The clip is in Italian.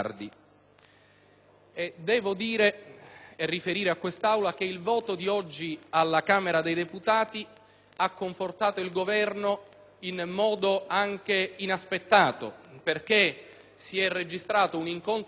Devo riferire a quest'Aula che il voto di oggi alla Camera dei deputati ha confortato il Governo in modo anche inaspettato, perché si è registrato un incontro di volontà,